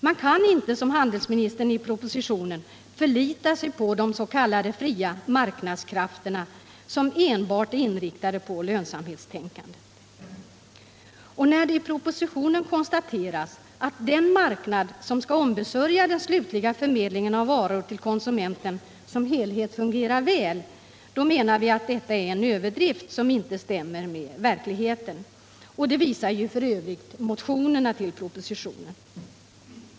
Man kan inte som handelsministern i propositionen förlita sig på de s.k. fria marknadskrafterna, som enbart är inriktade på lönsamhetstänkandet. Och när det i propositionen konstateras att den marknad som skall ombesörja den slutliga förmedlingen av varor till konsumenten som helhet fungerar väl menar vi att detta är en överdrift, som inte stämmer med verkligheten. Det visar ju f. ö. motionerna till propositionen.